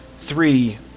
Three